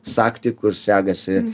sagtį kur segasi